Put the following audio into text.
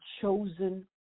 chosen